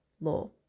law